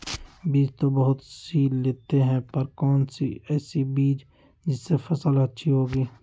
बीज तो बहुत सी लेते हैं पर ऐसी कौन सी बिज जिससे फसल अच्छी होगी?